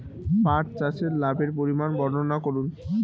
পাঠ চাষের লাভের পরিমান বর্ননা করুন?